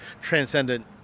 transcendent